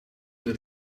dit